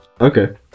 Okay